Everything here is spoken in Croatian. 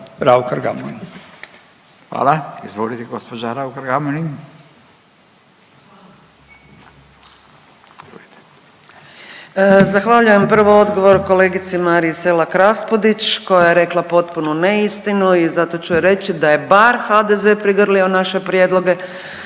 Hvala. Izvolite gospođa Raukar-Gamulin.